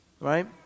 Right